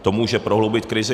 To může prohloubit krizi.